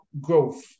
growth